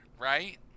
right